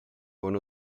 con